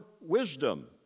wisdom